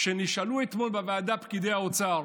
כשנשאלו אתמול בוועדה פקידי האוצר